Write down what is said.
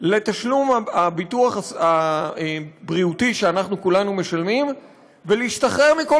לתשלום הביטוח הבריאות שאנחנו כולנו משלמים ולהשתחרר מכל